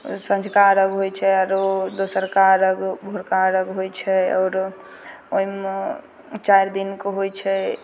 साँझका अर्घ्य होइ छै आरो दोसरका भोरका अर्घ्य होइ छै आओरो ओहिमे चारि दिनके होइ छै